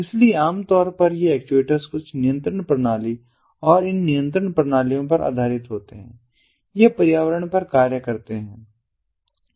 इसलिए आमतौर पर ये एक्चुएटर कुछ नियंत्रण प्रणाली और इन नियंत्रण प्रणालियों पर आधारित होते हैं ये पर्यावरण पर कार्य करते हैं